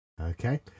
Okay